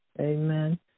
Amen